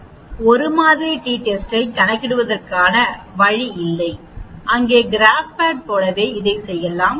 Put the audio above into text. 1 மாதிரி டி டெஸ்டைக் கணக்கிடுவதற்கான வழி இல்லை அங்கு கிராப்பேட் போலவே இதைச் செய்யலாம்